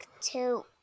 two